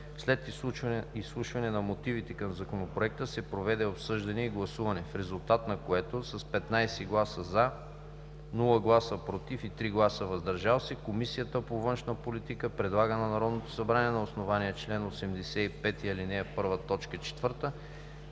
След изслушване на мотивите към Законопроекта се проведе обсъждане и гласуване, в резултат на което с 15 гласа „за“, без „против“ и 3 гласa „въздържали се“, Комисията по външна политика предлага на Народното събрание, на основание чл. 85, ал. 1, т.